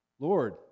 Lord